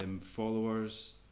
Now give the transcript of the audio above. followers